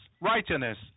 righteousness